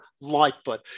Lightfoot